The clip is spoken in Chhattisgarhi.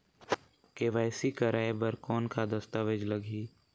के.वाई.सी कराय बर कौन का दस्तावेज लगही?